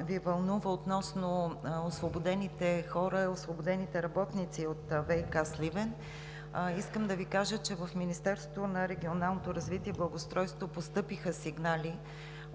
Ви вълнува, относно освободените хора – освободените работници от ВиК – Сливен, искам да Ви кажа, че в Министерството на регионалното развитие и благоустройството постъпиха сигнали от